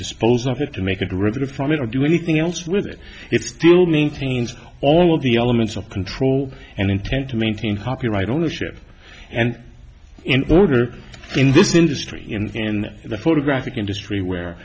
dispose of it to make a derivative from it or do anything else with it it's still maintains all of the elements of control and intend to maintain copyright ownership and in order in this industry and the photographic industry